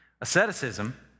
Asceticism